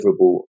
deliverable